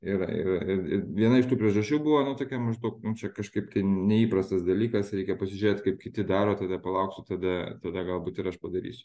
ir ir ir ir viena iš tų priežasčių buvo nu tokia maždaug nu čia kažkaip neįprastas dalykas reikia pasižiūrėt kaip kiti daro tada palauksiu tada tada galbūt ir aš padarysiu